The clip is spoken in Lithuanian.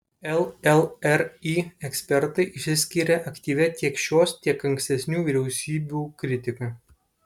llri ekspertai išsiskiria aktyvia tiek šios tiek ankstesnių vyriausybių kritika